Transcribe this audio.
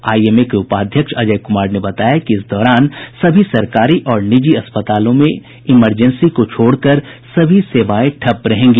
IMA के उपाध्यक्ष अजय कुमार ने बताया कि इस दौरान सभी सरकारी और निजी अस्पतालों में इमरजेंसी को छोड़कर सभी सेवाएं ठप्प रहेंगी